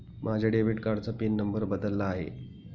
माझ्या डेबिट कार्डाचा pin number बदलला आहे